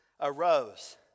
arose